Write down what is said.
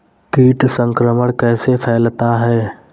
कीट संक्रमण कैसे फैलता है?